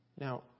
Now